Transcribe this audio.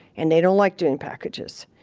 and they don't like doing packages.